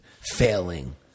failing